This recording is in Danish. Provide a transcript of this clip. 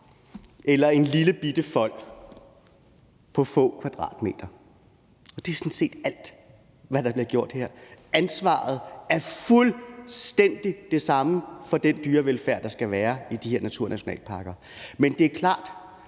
eller en lillebitte fold på få kvadratmeter, og det er sådan set alt, hvad der bliver gjort her. Ansvaret for den dyrevelfærd, der skal være i de her naturnationalparker, er